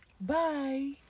Bye